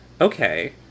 okay